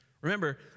Remember